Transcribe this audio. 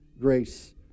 grace